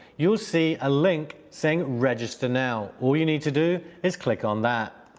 you'll see a link saying register now. all you need to do is click on that.